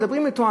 מדברים אתו,